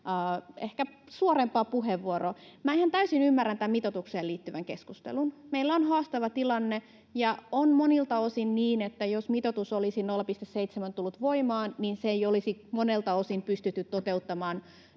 ehkä suorempaa puheenvuoroa. Ihan täysin ymmärrän tämän mitoitukseen liittyvän keskustelun. Meillä on haastava tilanne, ja on monilta osin niin, että jos 0,7-mitoitus olisi tullut voimaan, sitä ei olisi monelta osin pystytty toteuttamaan